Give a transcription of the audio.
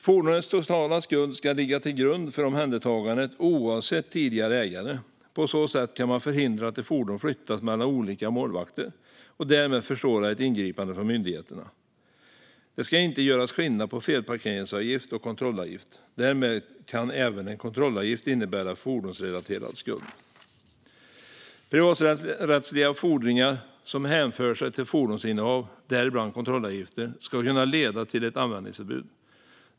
Fordonets totala skuld ska ligga till grund för omhändertagandet, oavsett tidigare ägare. På så sätt kan man förhindra att ett fordon flyttas mellan olika målvakter, och därmed försvåra ett ingripande från myndigheterna. Det ska inte göras skillnad mellan felparkeringsavgift och kontrollavgift. Därmed kan även en kontrollavgift innebära en fordonsrelaterad skuld. Privaträttsliga fordringar som hänför sig till fordonsinnehav, däribland kontrollavgifter, ska kunna leda till ett användningsförbud.